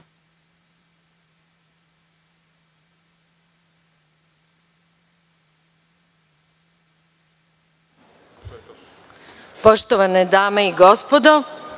Poštovane dame i gospodo,